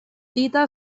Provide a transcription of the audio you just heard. tita